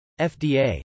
FDA